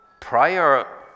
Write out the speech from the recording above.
prior